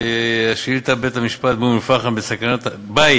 השאילתה: בית באום-אלפחם בסכנת הריסה